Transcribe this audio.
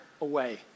away